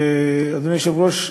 אדוני היושב-ראש,